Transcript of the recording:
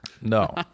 No